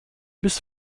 bis